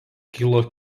kilo